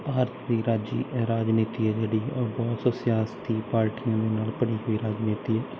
ਭਾਰਤੀ ਰਾਜੀ ਰਾਜਨੀਤੀ ਹੈ ਜਿਹੜੀ ਉਹ ਬਹੁਤ ਸਿਆਸਤੀ ਪਾਰਟੀਆਂ ਦੇ ਨਾਲ ਭਰੀ ਹੋਈ ਰਾਜਨੀਤੀ ਹੈ